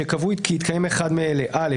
שקבעו כי התקיים אחד מאלה:(א)